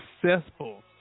successful